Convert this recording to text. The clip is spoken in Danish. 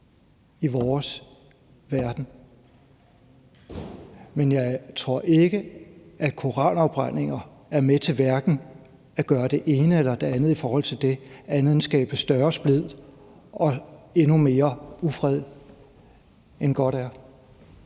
noget andet, men jeg tror ikke, at koranafbrændinger er med til at gøre det ene eller det andet i forhold til det andet end at skabe større splid og endnu mere ufred, end godt er.